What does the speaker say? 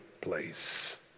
place